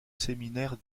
séminaire